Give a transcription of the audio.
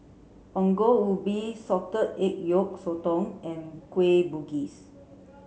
Ongol Ubi salted egg yolk sotong and Kueh Bugis